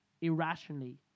irrationally